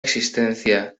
existencia